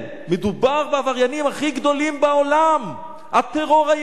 מדובר בעבריינים הכי גדולים בעולם, הטרור היהודי.